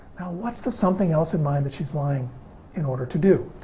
what's the something else in mind that she's lying in order to do?